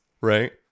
right